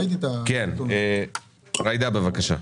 ג'ידא, בבקשה.